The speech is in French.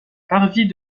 parvis